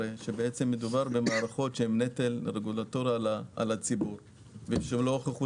שמדובר במערכות שהן נטל רגולטורי על הציבור ושלא הוכחו טכנולוגית.